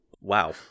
wow